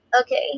Okay